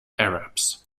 arabs